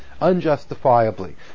unjustifiably